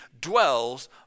dwells